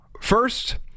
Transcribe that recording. First